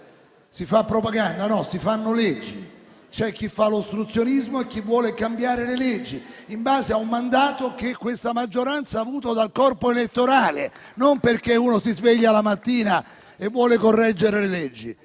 Si fa propaganda? No: si fanno leggi. C'è chi fa ostruzionismo e chi vuole cambiare le leggi in base a un mandato che questa maggioranza ha avuto dal corpo elettorale e non perché uno si sveglia la mattina e vuole correggere le leggi.